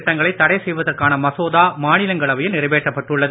திட்டங்களை தடை செய்வதற்கான மசோதா மாநிலங்களவையில் நிறைவேற்றப்பட்டுள்ளது